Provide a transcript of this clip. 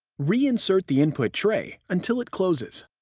reinsert the input tray until it closes.